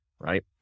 Right